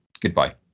goodbye